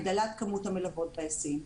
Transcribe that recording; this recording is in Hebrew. הגדלת כמות המלווים בהיסעים.